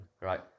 Right